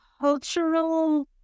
cultural